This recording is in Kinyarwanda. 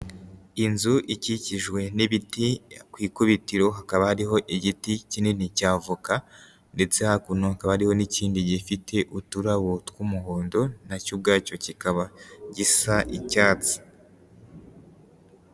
Inzu ikikijwe n'ibiti, ku ikubitiro hakaba hariho igiti kinini cya avoka ndetse hakuno hakaba hariho n'ikindi gifite uturabo tw'umuhondo na cyo ubwacyo kikaba gisa icyatsi.